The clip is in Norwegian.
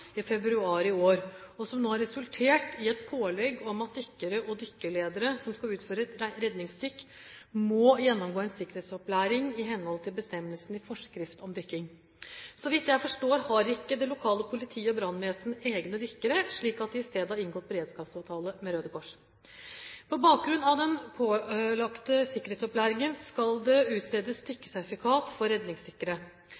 i februar i år, og som nå har resultert i et pålegg om at dykkere og dykkerledere som skal utføre redningsdykk, må gjennomgå en sikkerhetsopplæring i henhold til bestemmelsene i forskrift om dykking. Så vidt jeg forstår, har ikke det lokale politi og brannvesen egne dykkere, slik at de i stedet har inngått beredskapsavtale med Røde Kors. På bakgrunn av den pålagte sikkerhetsopplæringen skal det utstedes